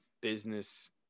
business